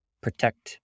protect